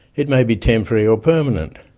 it may be temporary or permanent.